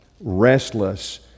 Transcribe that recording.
restless